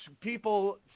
people